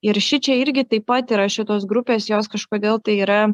ir šičia irgi taip pat yra šitos grupės jos kažkodėl tai yra